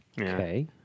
Okay